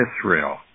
Israel